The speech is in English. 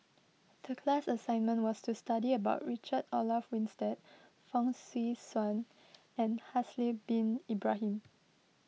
the class assignment was to study about Richard Olaf Winstedt Fong Swee Suan and Haslir Bin Ibrahim